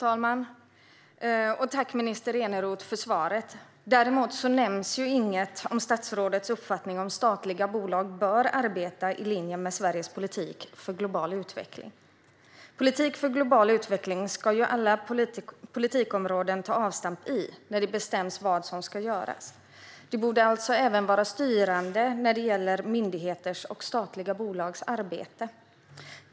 Herr talman! Tack, minister Eneroth, för svaret! Däremot nämns inget om statsrådets uppfattning om statliga bolag bör arbeta i linje med Sveriges politik för global utveckling. Politik för global utveckling ska alla politikområden ta avstamp i när det bestäms vad som ska göras. Det borde alltså även vara styrande när det gäller myndigheters och statliga bolags arbete.